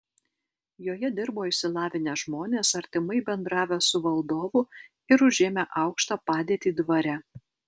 joje dirbo išsilavinę žmonės artimai bendravę su valdovu ir užėmę aukštą padėtį dvare